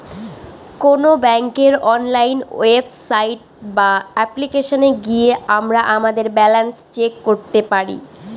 কোন ব্যাঙ্কের online website বা অ্যাপ্লিকেশনে গিয়ে আমরা আমাদের ব্যালান্স চেক করতে পারি